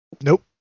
Nope